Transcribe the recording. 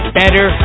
better